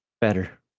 better